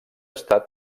estat